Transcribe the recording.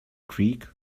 creek